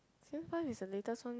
same one is the latest one